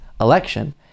election